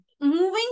moving